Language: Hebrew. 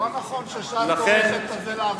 לא נכון שש"ס, לאברכים.